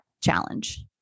challenge